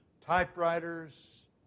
typewriters